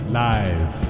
live